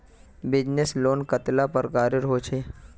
Business loan कतेला प्रकारेर होचे?